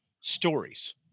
stories